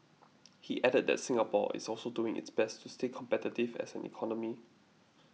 he added that Singapore is also doing its best to stay competitive as an economy